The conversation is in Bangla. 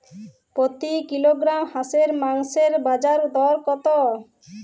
প্রতি কিলোগ্রাম হাঁসের মাংসের বাজার দর কত?